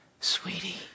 sweetie